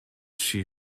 she